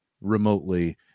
remotely